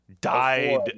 Died